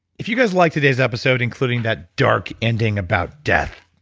if you guys liked today's episode including that dark ending about death,